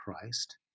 Christ